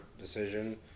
decision